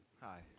Hi